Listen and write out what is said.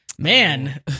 Man